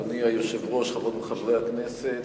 חברות וחברי הכנסת,